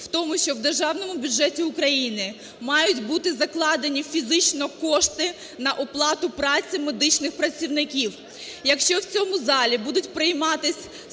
в тому, що в державному бюджеті України мають бути закладені фізично кошти на оплату праці медичних працівників. Якщо в цьому залі будуть прийматись